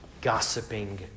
gossiping